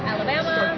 Alabama